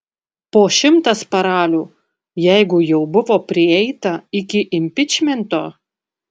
po šimtas paralių jeigu jau buvo prieita iki impičmento